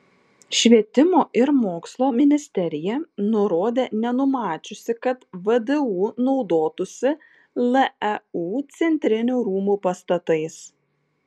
švietimo ir mokslo ministerija nurodė nenumačiusi kad vdu naudotųsi leu centrinių rūmų pastatais